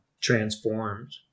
transformed